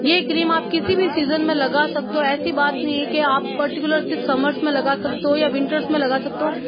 यह क्रीम आप किसी भी सीज़न में लगा सकते हो ऐसी बात नहीं है कि आप पार्टिकुलर सिर्फ समर्स में लगा सकते हो या विंटर्स में लगा सकते हो